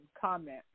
comment